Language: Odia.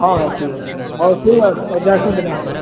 ହଁ ଭାଇ ଠିକ ଅଛି ହଁ ଠିକ ଆଉ ଆଉ